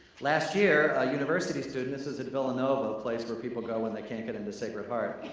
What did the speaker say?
last year, a university student this is at villanova, a place where people go when they can't get into sacred heart.